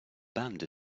band